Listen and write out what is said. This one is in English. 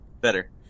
Better